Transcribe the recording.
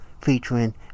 featuring